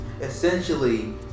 Essentially